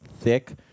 thick